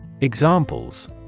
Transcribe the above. Examples